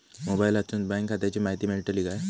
मोबाईलातसून बँक खात्याची माहिती मेळतली काय?